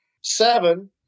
seven